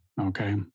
okay